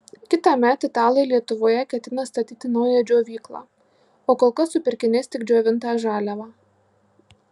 kitąmet italai lietuvoje ketina statyti naują džiovyklą o kol kas supirkinės tik džiovintą žaliavą